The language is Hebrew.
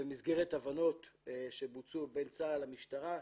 במסגרת הבנות שבוצעו בין צה"ל למשטרה,